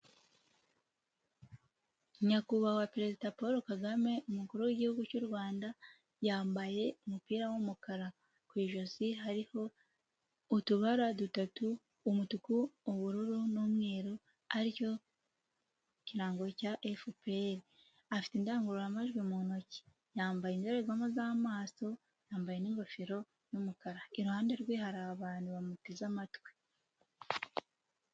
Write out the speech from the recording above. Nyakubahwa Perezida Paul Kagame umukuru w'lgihugu cy'u Rwanda, yambaye umupira w'umukara ku ijosi hariho utubara dutatu umutuku, ubururu, n'umweru, ari cyo kirango cya efuperi , afite indangururamajwi mu ntoki, yambaye indorerwamo z'amaso, yambaye n'ingofero y'umukara, iruhande rwe hari abantu bamuteze amatwi.